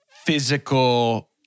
physical